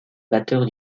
batteur